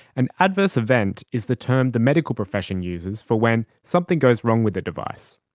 an adverse event is the term the medical profession uses for when something goes wrong with the device.